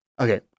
okay